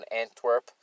Antwerp